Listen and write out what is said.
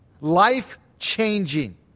life-changing